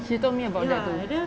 she told me about that too